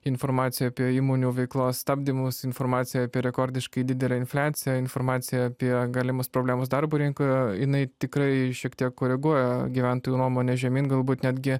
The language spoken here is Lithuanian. informaciją apie įmonių veiklos stabdymus informaciją apie rekordiškai didelę infliaciją informaciją apie galimas problemas darbo rinkoje jinai tikrai šiek tiek koreguoja gyventojų nuomonę žemyn galbūt netgi